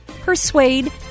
persuade